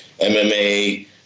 MMA